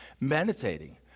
meditating